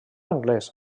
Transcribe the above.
anglès